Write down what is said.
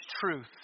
truth